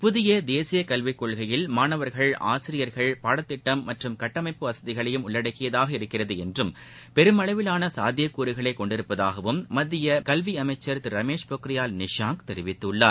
புதிய கதேசிய கல்விக் கொள்கையில் மானவர்கள் ஆசிரியர்கள் பாடத்திட்டம் மற்றும் கட்டமைப்பு வசதிகளையும் உள்ளடக்கியதாக இருக்கிறது என்றும் பெருமளவிலான சாத்தியக்கூறுகளை கொண்டுள்ளதாகவும் மத்திய கல்வியமைச்சர் திரு ரமேஷ் பொக்ரியால் நிஷாங்க் தெரிவித்துள்ளார்